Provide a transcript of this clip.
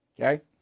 Okay